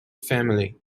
family